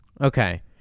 okay